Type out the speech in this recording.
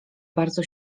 bardzo